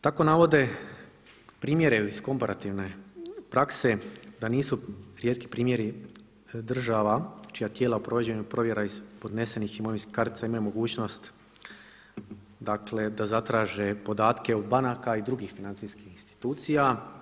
Tako navode primjere iz komparativne prakse, da nisu rijetki primjeri država čija tijela u provođenju provjera iz podnesenih imovinskih kartica imaju mogućnost, dakle da zatraže podatke od banaka i drugih financijskih institucija.